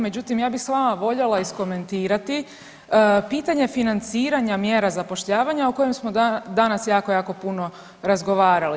Međutim ja bi s vama voljela iskomentirati pitanje financiranja mjera zapošljavanja o kojem smo danas jako, jako puno razgovarali.